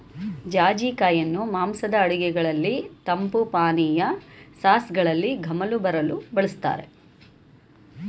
ಜಾಜಿ ಕಾಯಿಯನ್ನು ಮಾಂಸದ ಅಡುಗೆಗಳಲ್ಲಿ, ತಂಪು ಪಾನೀಯ, ಸಾಸ್ಗಳಲ್ಲಿ ಗಮಲು ಬರಲು ಬಳ್ಸತ್ತರೆ